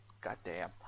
goddamn